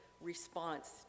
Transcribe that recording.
response